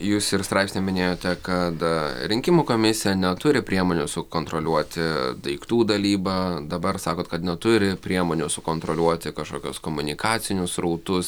jūs ir straipsnyje minėjote kad rinkimų komisija neturi priemonių sukontroliuoti daiktų dalybą dabar sakot kad neturi priemonių sukontroliuoti kažkokius komunikacinius srautus